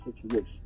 situation